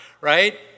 right